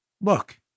Look